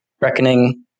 reckoning